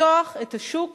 לפתוח את השוק